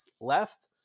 left